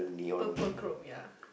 purple chrome ya